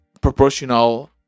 proportional